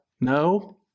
no